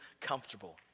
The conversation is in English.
comfortable